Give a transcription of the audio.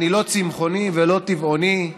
אני לא צמחוני ולא טבעוני,